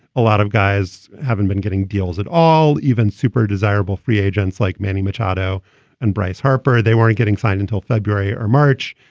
a lot of guys haven't been getting deals at all, even super desirable free agents like manny machado and bryce harper, they weren't getting signed until february or march.